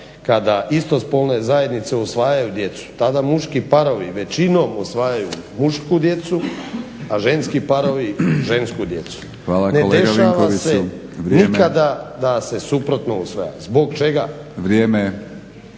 kada istospolne zajednice usvajaju djecu tada muški parovi većinom usvajaju mušku djecu, a ženski parovi žensku djecu. **Batinić, Milorad (HNS)** Hvala kolega Vinkoviću.